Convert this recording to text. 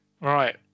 Right